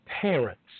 parents